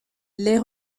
les